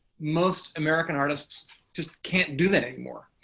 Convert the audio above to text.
most american artists just can't do that anymore.